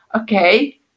okay